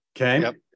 Okay